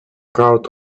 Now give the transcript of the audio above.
crowd